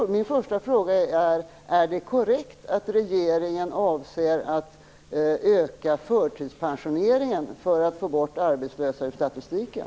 Min första fråga är: Är det korrekt att regeringen avser att öka förtidspensioneringen för att få bort arbetslösa ur statistiken?